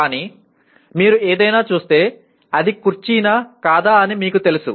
కానీ మీరు ఎదయినా చూస్తే అది కుర్చీ నా కాదా అని మీకు తెలుసు